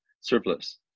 surplus